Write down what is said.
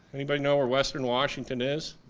i mean but know where western washington is?